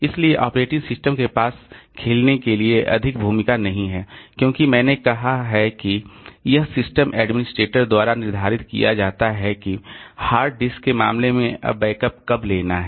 इसलिए operating system के पास खेलने के लिए अधिक भूमिका नहीं है क्योंकि मैंने कहा है कि यह सिस्टम एडमिनिस्ट्रेटर द्वारा निर्धारित किया जाता है कि हार्ड डिस्क के मामले में अब बैकअप कब लेना है